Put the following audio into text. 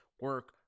Work